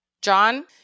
John